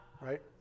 Right